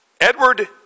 Edward